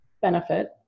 benefit